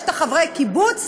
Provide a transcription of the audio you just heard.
יש חברי הקיבוץ,